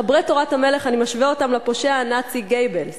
מחברי "תורת המלך" משווה אותם לפושע הנאצי גבלס.